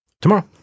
tomorrow